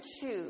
choose